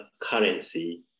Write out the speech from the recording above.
currency